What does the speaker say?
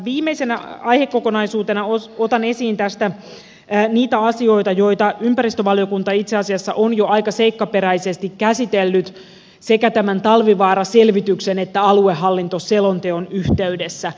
viimeisenä aihekokonaisuutena otan esiin tästä niitä asioita joita ympäristövaliokunta itse asiassa on jo aika seikkaperäisesti käsitellyt sekä tämän talvivaara selvityksen että aluehallintoselonteon yhteydessä